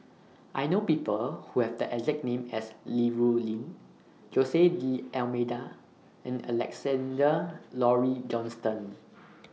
I know People Who Have The exact name as Li Rulin Jose D'almeida and Alexander Laurie Johnston